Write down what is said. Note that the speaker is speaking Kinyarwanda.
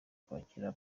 kwakira